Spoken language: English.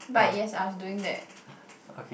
but yes I was doing that